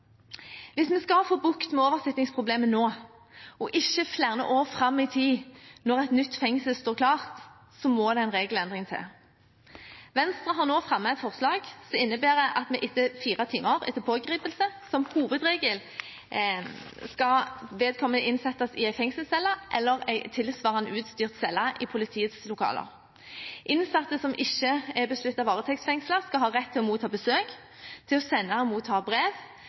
Hvis vi skal få bukt med oversittingsproblemet nå og ikke flere år fram i tid, når et nytt fengsel står klart, må det en regelendring til. Vi i Venstre har nå fremmet et forslag som innebærer at innen fire timer etter pågripelse skal vedkommende som hovedregel innsettes i en fengselscelle eller en tilsvarende utstyrt celle i politiets lokaler. Innsatte som ikke er besluttet varetektsfengslet, skal ha rett til å motta besøk, til å sende og motta brev,